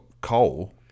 coal